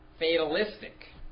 fatalistic